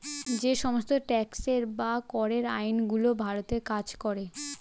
যে সমস্ত ট্যাক্সের বা করের আইন গুলো ভারতে কাজ করে